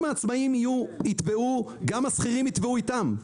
אם העצמאים יטבעו, גם השכירים יטבעו איתם.